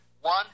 one